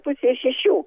pusę šešių